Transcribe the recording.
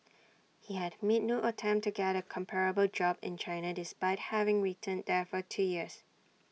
he had made no attempt to get A comparable job in China despite having returned there for two years